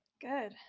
Good